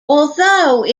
although